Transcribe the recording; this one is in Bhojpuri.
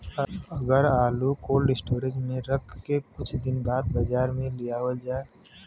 अगर आलू कोल्ड स्टोरेज में रख के कुछ दिन बाद बाजार में लियावल जा?